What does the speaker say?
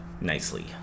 Nicely